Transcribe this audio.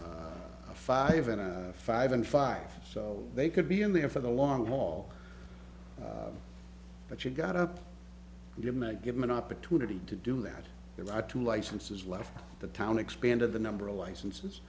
five and five and five so they could be in there for the long haul but you gotta give my give him an opportunity to do that there are two licenses left the town expanded the number of licenses